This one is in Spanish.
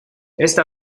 esta